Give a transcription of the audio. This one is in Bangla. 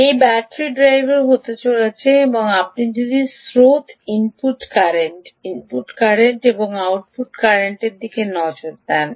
এটি ব্যাটারি ড্রাইভার হতে চলেছে এবং আপনি যদি স্রোত ইনপুট কারেন্ট ইনপুট কারেন্ট এবং আউটপুট কারেন্টের দিকে নজর দিন